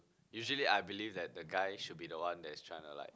usually I believe that the guy should be the one that is trying to like